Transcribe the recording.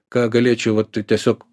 ką galėčiau vat tai tiesiog